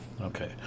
Okay